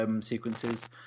sequences